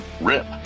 Rip